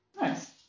Nice